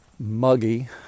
Muggy